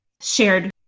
shared